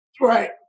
Right